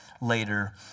Later